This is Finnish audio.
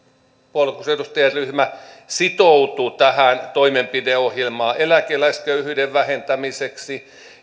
puoluekokousedustajaryhmä sitoutui tähän toimenpideohjelmaan eläkeläisköyhyyden vähentämiseksi